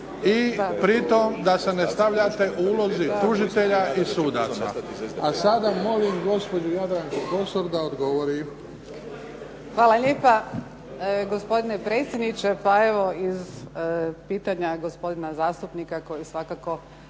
i pri tome da se ne stavljate u ulozi tužitelja i sudaca. A sada molim gospođu Jadranku Kosor da odgovori. **Kosor, Jadranka (HDZ)** Hvala lijepa gospodine predsjedniče, pa evo iz pitanja gospodina zastupnika, koji svakako